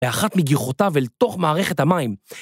באחת מגיחותיו אל תוך מערכת המים.